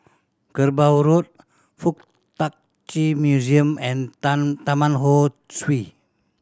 Kerbau Road Fuk Tak Chi Museum and Tan Taman Ho Swee